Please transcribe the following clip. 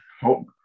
hope